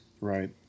right